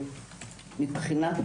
מבחינת